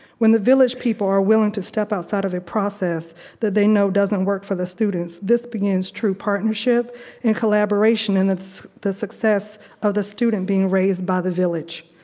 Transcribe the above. when the village people are willing to step outside of their process that they know doesn't work for the students this begins true partnership and collaboration and the success of the student being raised by the village.